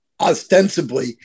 ostensibly